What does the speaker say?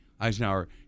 Eisenhower